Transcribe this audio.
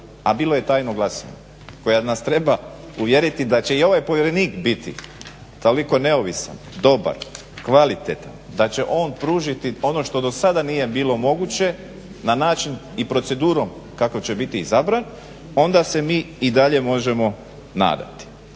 a bilo je tajno glasovanje koja nas treba uvjeriti da će i ovaj povjerenik biti toliko neovisan, dobar, kvalitetan, da će on pružiti ono što do sada nije bilo moguće na način i proceduru kako će biti izabran. Onda se mi i dalje možemo nadati.